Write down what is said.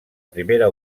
primera